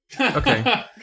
Okay